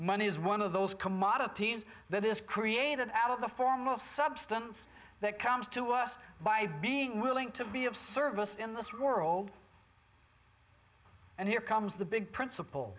money is one of those commodities that is created out of the form of substance that comes to us by being willing to be of service in this world and here comes the big principle